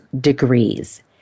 degrees